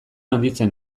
handitzen